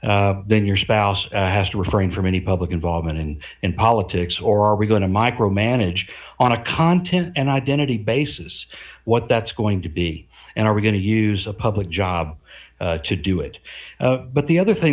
then your spouse has to refrain from any public involvement in politics or are we going to micromanage on a content and identity basis what that's going to be and are we going to use a public job to do it but the other thing